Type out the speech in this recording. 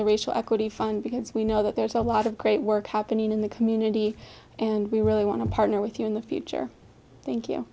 the racial equity fund because we know that there's a lot of great work happening in the community and we really want to partner with you in the future thank you